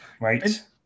Right